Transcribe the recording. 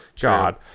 God